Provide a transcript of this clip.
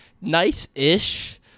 nice-ish